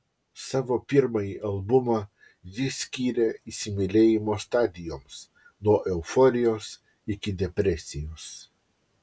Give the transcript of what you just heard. savo pirmąjį albumą ji skyrė įsimylėjimo stadijoms nuo euforijos iki depresijos